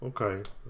okay